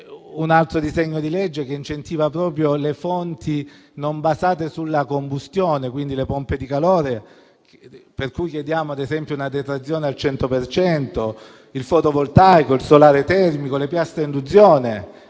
un altro disegno di legge incentiva proprio le fonti non basate sulla combustione, come le pompe di calore, per cui chiediamo ad esempio una detrazione al 100 per cento, e il fotovoltaico, il solare termico, le piastre a induzione